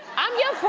i'm your